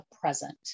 present